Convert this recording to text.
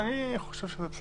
אני חושב שלא צריך.